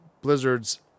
Blizzard's